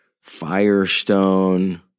Firestone